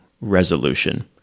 resolution